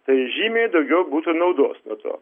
tai žymiai daugiau būtų naudos nuo to